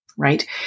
right